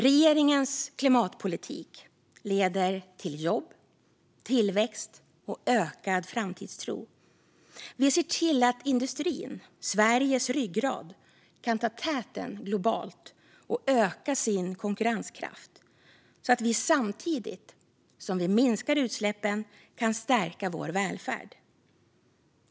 Regeringens klimatpolitik leder till jobb, tillväxt och ökad framtidstro. Vi ser till att industrin - Sveriges ryggrad - kan ta täten globalt och öka sin konkurrenskraft, så att vi samtidigt som vi minskar utsläppen kan stärka vår välfärd.